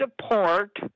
support